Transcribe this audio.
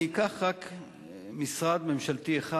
אני אקח רק משרד ממשלתי אחד,